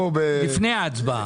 לפני ההצבעה.